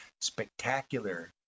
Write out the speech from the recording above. spectacular